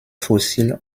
fossiles